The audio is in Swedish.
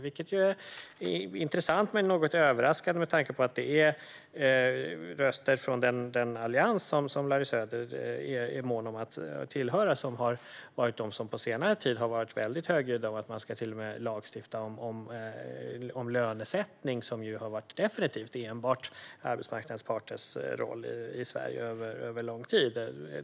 Detta är intressant men något överraskande, med tanke på en del på senare tid väldigt högljudda röster från den allians som Larry Söder är mån om att tillhöra. Man säger sig till och med vilja lagstifta om lönesättningen, vilken det i Sverige under lång tid definitivt enbart har varit arbetsmarknadens parters roll att hantera.